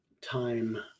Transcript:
time